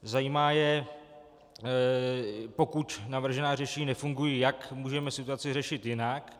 Zajímá je, pokud navržená řešení nefungují, jak můžeme situaci řešit jinak.